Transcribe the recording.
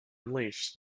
unleash